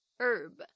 herb 。